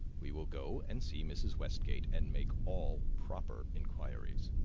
we will go and see mrs. westgate and make all proper inquiries.